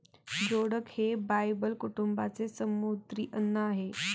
जोडक हे बायबल कुटुंबाचे समुद्री अन्न आहे